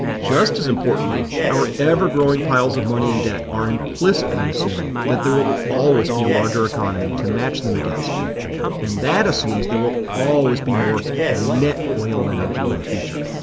just as importantly, our ever-growing piles of money and debt are implicitly assuming that there will always be a larger economy to match them against and that assumes that there will always be more net oil energy in the future.